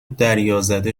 دریازده